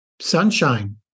sunshine